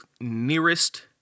nearest